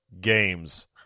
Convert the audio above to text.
games